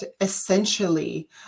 essentially